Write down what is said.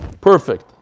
perfect